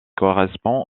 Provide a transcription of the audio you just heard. correspond